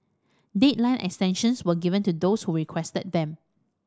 deadline extensions were given to those who requested them